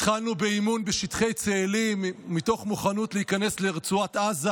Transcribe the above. התחלנו באימון בשטחי צאלים מתוך מוכנות להיכנס לרצועת עזה,